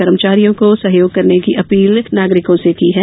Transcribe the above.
कर्मचारियों को सहयोग करने की अपील नागरिकों से की है